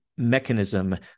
mechanism